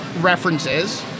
references